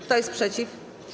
Kto jest przeciw?